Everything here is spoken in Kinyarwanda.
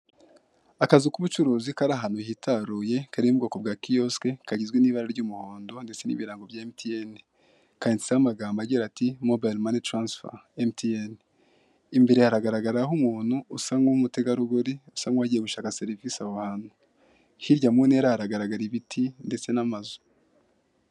Akazu k'ubucuruzi kari ahantu hitaruye kari mu bwoko bwa kiyosye kgizwe n'ibara ry'umuhondo ndetse n'ibirango bya mtn. Kanditseho amagambo agira ati:" mobayiromani tarasifa mtn. '' Imbere haragaragaraho umuntu usa nk'umutegarugori usa n'uwagiye gushaka serivise aho hantu. Hirya mu ntera hari ibiti ndetse n'amazu.